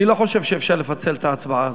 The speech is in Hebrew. אני לא חושב שאפשר לפצל את ההצבעה הזאת.